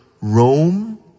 Rome